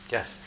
Yes